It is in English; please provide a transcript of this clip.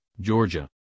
georgia